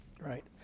Right